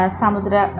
samudra